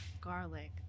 garlic